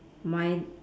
my